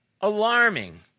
alarming